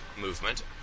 movement